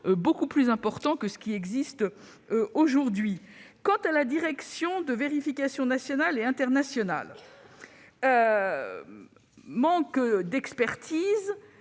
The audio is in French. beaucoup plus important que ce qui existe aujourd'hui. La direction des vérifications nationales et internationales (DVNI) manque d'expertise,